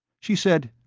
she said,